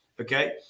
Okay